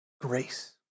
grace